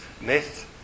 myth